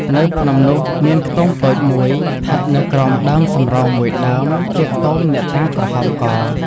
នៅភ្នំនោះ មានខ្ទមតូច ១ ឋិតនៅក្រោមដើមសំរោង ១ ដើម ជាខ្ទមអ្នកតាក្រហមក ។